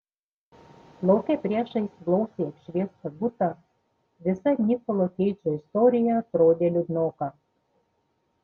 lauke priešais blausiai apšviestą butą visa nikolo keidžo istorija atrodė liūdnoka